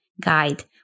guide